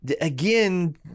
Again